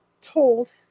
told